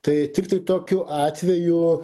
tai tiktai tokiu atveju